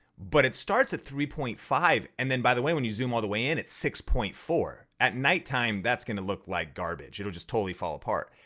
but it starts at three point five, and then by the way when you zoom all the way in its six point four. at night time that's gonna look like garbage, it'll just totally fall apart.